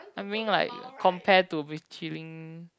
I mean like compare to Michelin